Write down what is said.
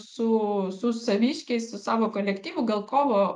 su su saviškiais su savo kolektyvu gal kovo